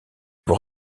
pour